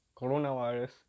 coronavirus